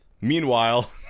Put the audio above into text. Meanwhile